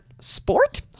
sport